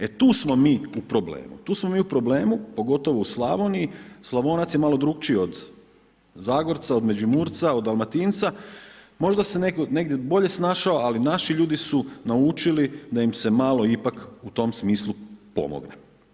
E tu smo mi u problemu, tu smo mi u problemu pogotovo u Slavoniji, Slavonac je malo drukčiji od Zagorca, od Međimurca, od Dalmatinca, možda se negdje bolje snašao, ali naši ljudi su naučili da im se malo ipak u tom smislu pomogne.